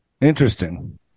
Interesting